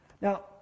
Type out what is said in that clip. Now